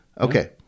Okay